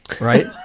right